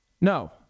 No